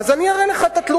איפה?